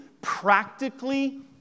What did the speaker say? practically